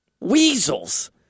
Weasels